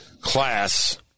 Class